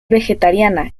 vegetariana